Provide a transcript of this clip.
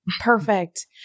Perfect